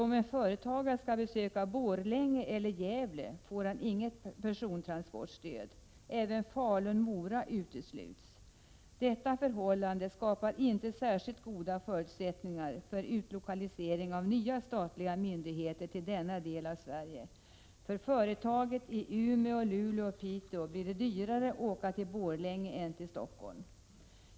Om en företagare skall besöka Borlänge eller Gävle får han alltså inget persontransportstöd. Även Falun och Mora utesluts. Detta förhållande skapar inte särskilt goda förutsättningar för utlokalisering av nya statliga myndigheter till denna del av Sverige. För företag i Umeå, Luleå och Piteå blir det dyrare att åka till Borlänge än till Stockholm.